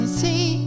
see